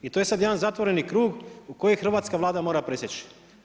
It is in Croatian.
I to je sad jedan zatvoreni krug koji hrvatska Vlada mora presjeći.